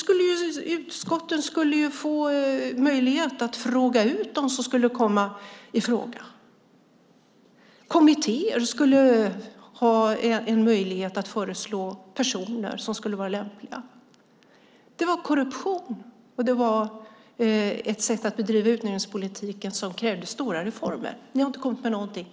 Utskotten skulle få möjlighet att fråga ut dem som skulle komma i fråga. Kommittéer skulle ha en möjlighet att föreslå personer som skulle vara lämpliga. Det var korruption och sättet att bedriva utnämningspolitik krävde stora reformer. Ni har inte kommit med någonting.